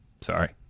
Sorry